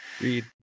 Read